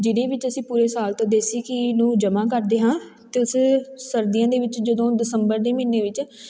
ਜਿਹਦੇ ਵਿੱਚ ਅਸੀਂ ਪੂਰੇ ਸਾਲ ਤੋਂ ਦੇਸੀ ਘੀ ਨੂੰ ਜਮ੍ਹਾਂ ਕਰਦੇ ਹਾਂ ਅਤੇ ਉਸ ਸਰਦੀਆਂ ਦੇ ਵਿੱਚ ਜਦੋਂ ਦਸੰਬਰ ਦੇ ਮਹੀਨੇ ਵਿੱਚ